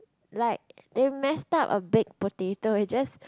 like they messed up a baked potato it's just